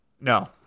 no